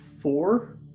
four